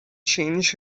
change